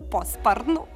po sparnu